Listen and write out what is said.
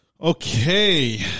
okay